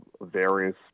various